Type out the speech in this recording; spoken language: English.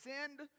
send